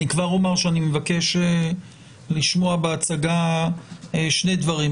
אני כבר אומר שאני מבקש לשמוע בהצגה שני דברים,